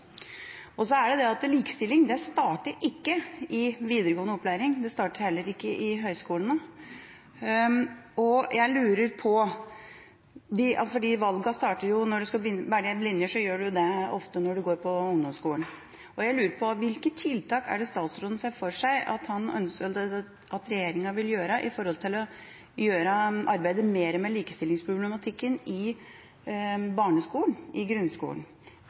Likestilling starter ikke i videregående opplæring. Det starter heller ikke i høyskolene. Når en skal velge en linje, gjør en det ofte når en går på ungdomsskolen. Jeg lurer på: Hvilke tiltak er det statsråden ser for seg at regjeringa vil sette inn for å arbeide mer med likestillingsproblematikken i grunnskolen? Kommer det inn i stortingsmeldinga om tidlig innsats, som statsråden var inne på tidligere i spørretimen? Likeverd mellom kjønnene og dermed også likestilling er i kjernen av skolens verdigrunnlag. Så vidt jeg husker, er det også beskrevet i